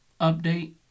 update